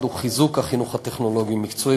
הוא חיזוק החינוך הטכנולוגי-מקצועי,